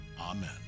Amen